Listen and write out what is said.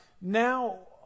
Now